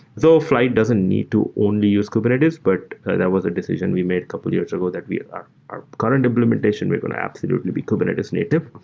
though flyte doesn't need to only use kubernetes, but that was a decision we made a couple of years ago that we are currently kind of and implementation. we're going to absolutely be kubernetes-native.